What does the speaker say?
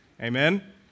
Amen